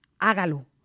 hágalo